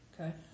Okay